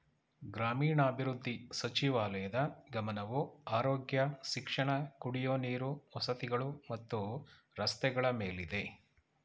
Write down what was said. ಗ್ರಾಮೀಣಾಭಿವೃದ್ಧಿ ಸಚಿವಾಲಯದ್ ಗಮನವು ಆರೋಗ್ಯ ಶಿಕ್ಷಣ ಕುಡಿಯುವ ನೀರು ವಸತಿಗಳು ಮತ್ತು ರಸ್ತೆಗಳ ಮೇಲಿದೆ